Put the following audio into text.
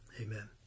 Amen